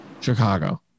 Chicago